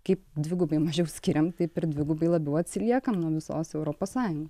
kaip dvigubai mažiau skiriam taip ir dvigubai labiau atsiliekam nuo visos europos sąjungos